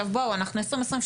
אנחנו ב-2023.